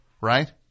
right